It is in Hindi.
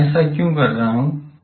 मैं ऐसा क्यों कर रहा हूं